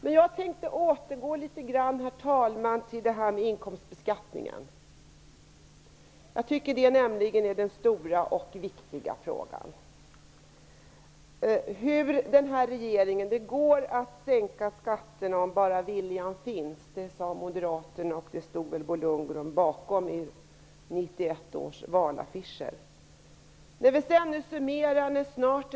Men jag tänkte återgå litet grand till inkomstbeskattningen. Jag tycker nämligen att det är den stora och viktiga frågan. Det går att sänka skatterna om bara viljan finns, sade moderaterna på 1991 års valaffischer, och det stod väl Bo Lundgren bakom.